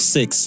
Six